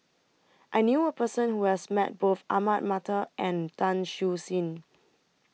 I knew A Person Who has Met Both Ahmad Mattar and Tan Siew Sin